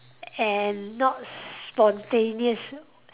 and not spontaneous